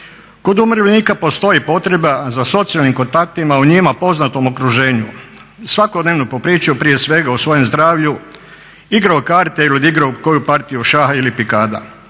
Kod umirovljenika postoji potreba za socijalnim kontaktima u njima poznatom okruženju. Svakodnevno popričaju prije svega o svojem zdravlju, igraju karte ili odigraju koju partiju šaha ili pikada.